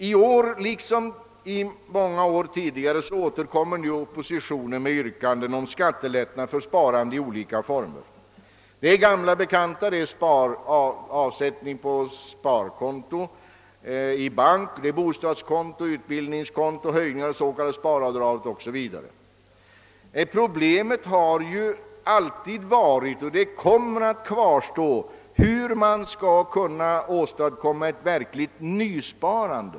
I år liksom många tidigare år återkommer oppositionen med yrkanden om skattelättnader för sparandet i olika former. Det är gamla bekanta: avsättning på sparkonto i bank, bostadskonto, utbildningskonto, höjning av det s.k. sparavdraget etc. Problemet har alltid varit — och det kommer att kvarstå — hur man skall kunna åstadkomma ett verkligt nysparande.